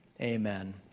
Amen